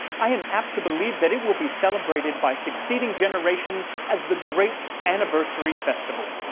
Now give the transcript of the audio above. i am apt to believe that it will be celebrated by succeeding generations as the great anniversary festival.